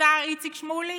השר איציק שמולי?